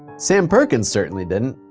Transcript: sam perkins certainly didn't.